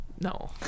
No